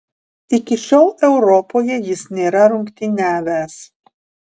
iki šiol europoje jis nėra rungtyniavęs